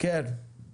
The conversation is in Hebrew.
יכול